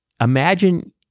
imagine